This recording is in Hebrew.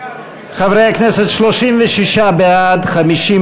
קבוצת סיעת ש"ס, קבוצת סיעת